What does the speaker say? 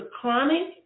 chronic